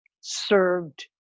served